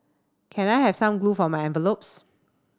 can I have some glue for my envelopes